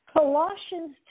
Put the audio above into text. Colossians